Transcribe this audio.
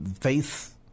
faith